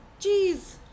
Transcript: Jeez